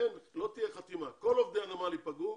אין, לא תהיה חתימה, כל עובדי הנמל ייפגעו